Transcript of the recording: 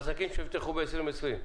עסקים שנפתחו ב-2020.